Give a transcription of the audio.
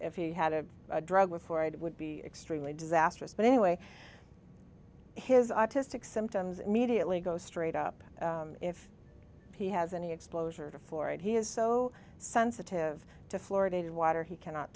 if he had a drug for it it would be extremely disastrous but anyway his autistic symptoms immediately go straight up if he has any exposure to for it he is so sensitive to florida water he cannot